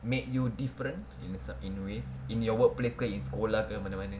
made you different in a sub in a ways in your workplace ke in sekolah ke mana mana